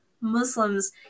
Muslims